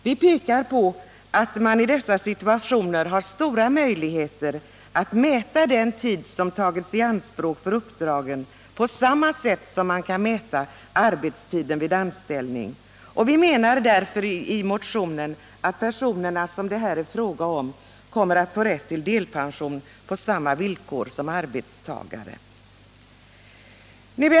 Vi pekar i motionen på att man i dessa situationer har stora möjligheter att mäta den tid som tagits i anspråk för uppdragen, på samma sätt som man kan mäta arbetstiden vid vanlig anställning. Vi menar därför att de personer det här är fråga om kommer att få rätt till delpension på samma villkor som arbetstagare.